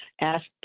ask